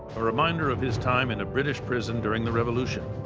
a reminder of his time in a british prison during the revolution.